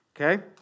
okay